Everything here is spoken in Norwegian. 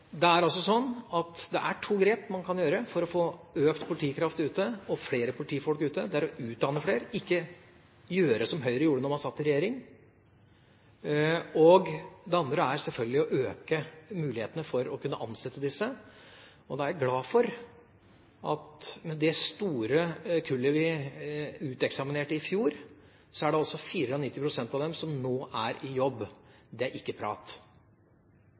Det er altså sånn at det er to grep man kan gjøre for å få økt politikraft ute og flere politifolk ute. Det er å utdanne flere – ikke gjøre som Høyre gjorde da de satt i regjering. Det andre er selvfølgelig å øke mulighetene for å kunne ansette disse. Og jeg er glad for at av det store kullet vi uteksaminerte i fjor, er det 94 pst. som nå er i jobb. Det er ikke prat.